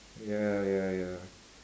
ya ya ya